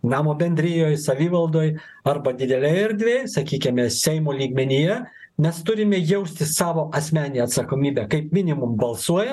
namo bendrijoj savivaldoj arba didelėj erdvėj sakykime seimo lygmenyje mes turime jausti savo asmeninę atsakomybę kaip minimum balsuoja